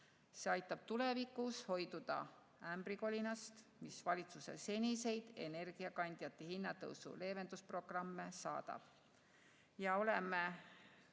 See aitab tulevikus hoiduda ämbrikolinast, mis valitsuse seniseid energiakandjate hinna tõusu leevendamise programme on